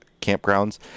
campgrounds